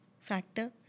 factor